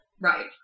Right